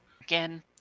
Again